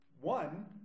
one